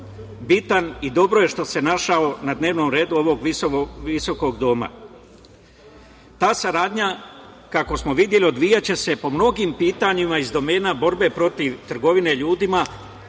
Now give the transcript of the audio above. bitan i dobro je što se našao na dnevnom redu ovog visokog doma. Ta saradnja, kako smo videli, odvijaće se po mnogim pitanjima iz domena borbe protiv trgovine ljudima,